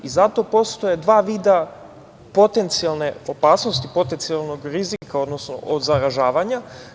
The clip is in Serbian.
Zato postoje dva vida potencijalne opasnosti, potencijalnog rizika od zaražavanja.